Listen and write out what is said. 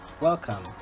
Welcome